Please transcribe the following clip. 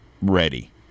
ready